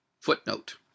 footnote